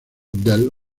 del